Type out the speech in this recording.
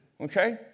Okay